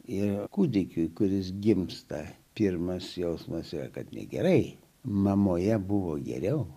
ir kūdikiui kuris gimsta pirmas jausmas kad negerai mamoje buvo geriau